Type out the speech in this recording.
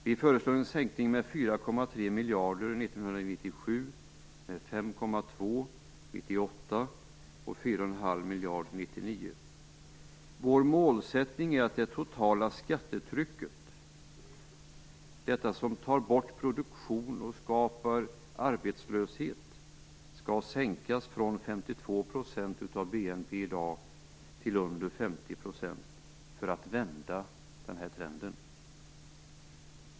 Vi föreslår en sänkning med 4,3 miljarder 1997, med 5,2 miljarder 1998 och med 4,5 miljarder 1999. Vår målsättning är att det totala skattetrycket, som tar bort produktion och skapar arbetslöshet, skall sänkas från dagens 52 % av BNP till under 50 % för att den här trenden skall kunna vändas.